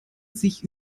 sich